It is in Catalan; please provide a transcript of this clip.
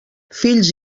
fills